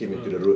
ah